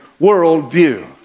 worldview